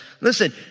Listen